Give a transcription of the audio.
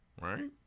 right